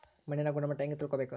ಮಣ್ಣಿನ ಗುಣಮಟ್ಟ ಹೆಂಗೆ ತಿಳ್ಕೊಬೇಕು?